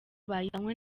bahitanywe